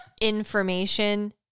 Information